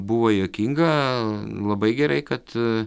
buvo juokinga labai gerai kad